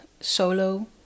solo